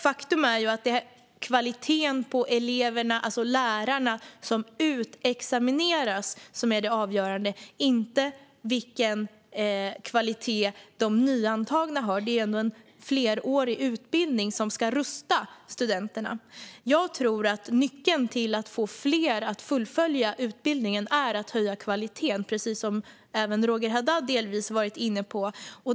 Faktum är att det är kvaliteten på eleverna - det vill säga lärarna - som utexamineras som är det avgörande, inte vilken kvalitet de nyantagna har. Det är ändå en flerårig utbildning som ska rusta studenterna. Jag tror att nyckeln till att få fler att fullfölja utbildningen är att höja kvaliteten, precis som även Roger Haddad delvis har varit inne på.